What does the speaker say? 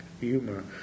humor